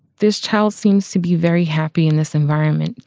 this child seems to be very happy in this environment.